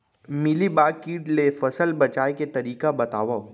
Mealybug किट ले फसल बचाए के तरीका बतावव?